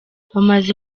bamaze